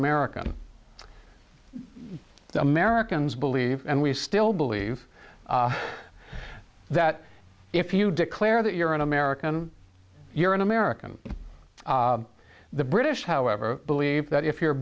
american americans believe and we still believe that if you declare that you're an american you're an american the british however believe that if you're